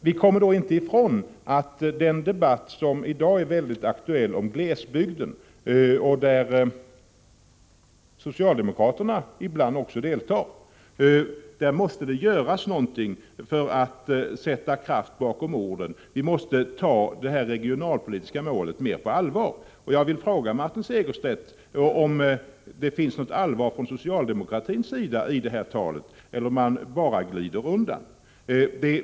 Vi kommer då inte ifrån att man i fråga om glesbygden — som i dag är mycket aktuell i debatten, och i vilken socialdemokraterna ibland också deltar — måste göra något för att sätta kraft bakom orden. Vi måste ta det regionalpolitiska målet mer på allvar. Jag vill fråga Martin Segerstedt om det finns något allvar från socialdemokratins sida i detta tal, eller om man bara glider undan.